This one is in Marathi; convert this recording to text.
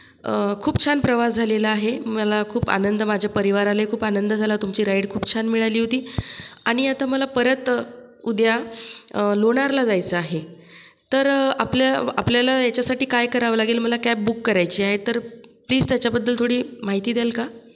खूप छान प्रवास झालेला आहे मला खूप आनंद माझ्या परिवारालाही खूप आनंद झाला तुमची राइड खूप मिळाली होती आणि आता मला परत उद्या लोणारला जायचं आहे तर आपल्या आपल्याला याच्यासाठी काय करावं लागेल मला कॅब बूक करायची आहे तर प्लीज त्याच्याबद्दल थोडी माहिती द्याल का